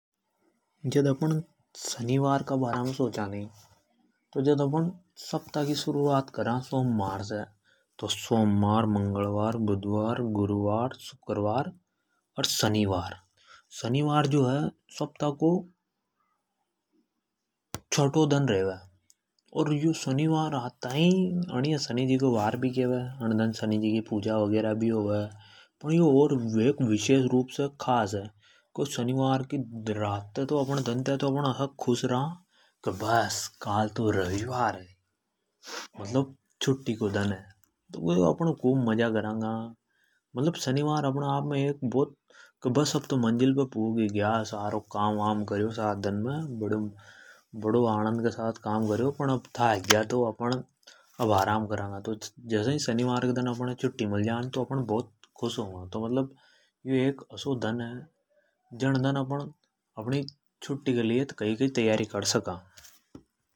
जद अपण ﻿शनिवार का बारा मे सोचा नि। अर सप्ताह की शुरुआत करा तो सोमवार, मंगलवार, बुधवार, गुरुवार, शुक्रवार अर शनिवार। शनिवार जो है यो सप्ताह को छठो दन रेवे और अणी ये शनिवार ये बढ़िया सनी जी को वार भी होवे। शनि जी की पूजा वगैरह भी होवे। फण शनिवार की राते तो अपण असा खुश रा की बस काल तो रविवार है। मतलब अब पुग् ही ग्या बडीआ काम वाम करयो सात दन में बड़ो आनंद के साथ काम करयो अर अब मजो लेंगा घूमांगा। यो एक असो दन है जद अपण छुट्टी के लिए कई कई तैयारी कर सका।